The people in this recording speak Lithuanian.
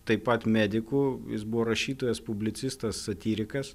taip pat mediku jis buvo rašytojas publicistas satyrikas